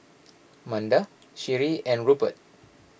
Manda Sheree and Rupert